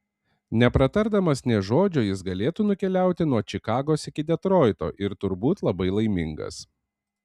nepratardamas nė žodžio jis galėtų nukeliauti nuo čikagos iki detroito ir turbūt labai laimingas